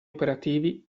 operativi